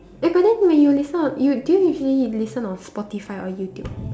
ya but then when you listen or you do you usually listen on Spotify or YouTube